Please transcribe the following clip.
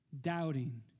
doubting